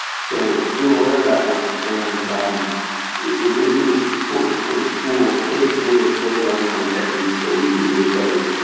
so we were aware of that work and um it it was in this so sort of school of safe native code runtime techniques that we we were studying.